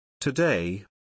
Today